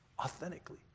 authentically